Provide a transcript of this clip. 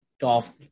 golf